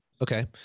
Okay